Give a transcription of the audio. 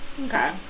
okay